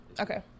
Okay